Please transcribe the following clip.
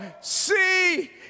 see